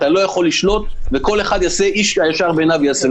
אתה לא יכול לשלוט ואיש הישר בעיניו יעשה.